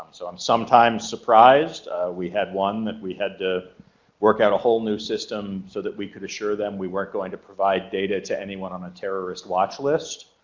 so i'm sometimes surprised we had one that we had to work out a whole new system so that we could assure them we weren't going to provide data to anyone on a terrorist watch list.